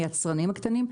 היצרנים הקטנים,